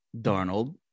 Darnold